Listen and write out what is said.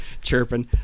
chirping